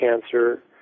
cancer